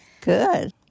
Good